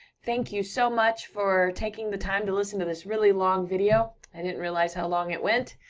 thank you so much for taking the time to listen to this really long video, i didn't realize how long it went,